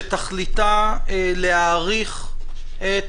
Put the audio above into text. שתכליתה להאריך את